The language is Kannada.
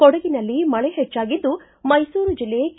ಕೊಡಗಿನಲ್ಲಿ ಮಳೆ ಹೆಚ್ಚಾಗಿದ್ದು ಮೈಸೂರು ಜಿಲ್ಲೆ ಕೆ